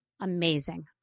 amazing